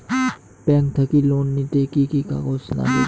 Bank থাকি loan নিতে কি কি কাগজ নাগে?